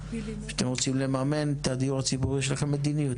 כשאתם רוצים לממן את הדיור הציבורי יש לכם מדיניות.